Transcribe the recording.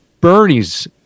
Bernie's